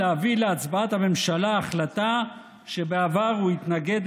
להביא להצבעת הממשלה החלטה שבעבר הוא התנגד